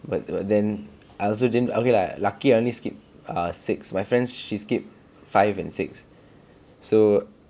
but but then I also didn't okay lah lucky I only skip uh six my friend she skipped five and six so